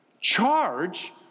Charge